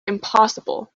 impossible